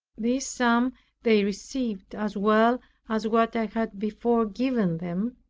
this sum they received, as well as what i had before given them.